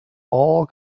all